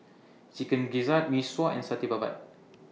Chicken Gizzard Mee Sua and Satay Babat